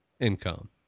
income